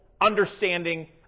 understanding